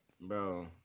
Bro